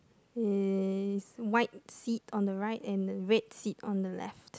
is white seat on the right and red seat on the left